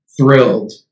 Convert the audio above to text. thrilled